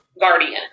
guardian